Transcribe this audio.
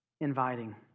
inviting